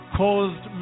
caused